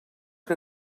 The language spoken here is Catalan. que